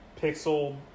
pixel